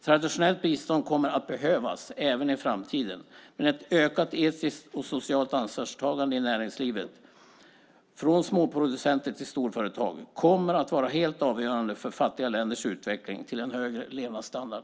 Traditionellt bistånd kommer att behövas även i framtiden, men ett ökat etiskt och socialt ansvarstagande i näringslivet från småproducenter till storföretag kommer att vara helt avgörande för fattiga länders utveckling till en högre levnadsstandard.